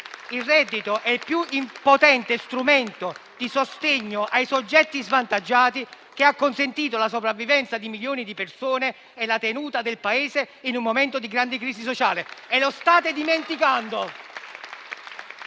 cittadinanza è il più potente strumento di sostegno ai soggetti svantaggiati, che ha consentito la sopravvivenza di milioni di persone e la tenuta del Paese in un momento di grande crisi sociale. E lo state dimenticando!